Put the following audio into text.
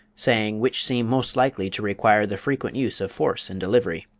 saying which seem most likely to require the frequent use of force in delivery.